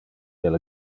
del